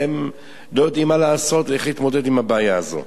והם לא יודעים מה לעשות ואיך להתמודד עם הבעיה הזאת.